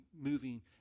moving